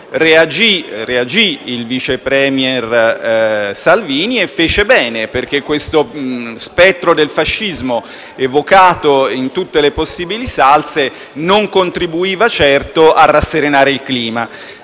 Reagì il vice *premier* Salvini e fece bene, perché questo spettro del fascismo, evocato in tutte le possibili salse, non contribuiva certo a rasserenare il clima.